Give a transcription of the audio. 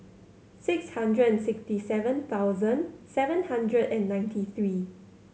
six hundred and sixty seven thousand seven hundred and ninety three